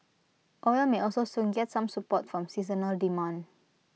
oil may also soon get some support from seasonal demand